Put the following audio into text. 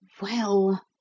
Well